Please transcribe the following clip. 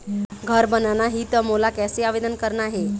घर बनाना ही त मोला कैसे आवेदन करना हे?